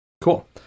Cool